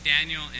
Daniel